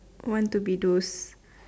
want to be those